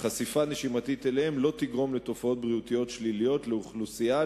שחשיפה נשימתית אליהם לא תגרום לתופעות בריאותיות שליליות לאוכלוסייה,